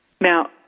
Now